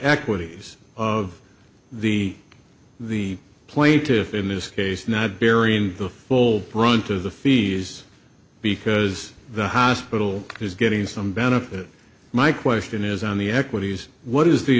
equities of the the plaintiffs in this case not burying the full brunt of the fees because the hospital is getting some benefit my question is on the equities what is the